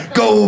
go